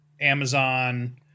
Amazon